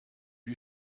you